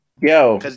Yo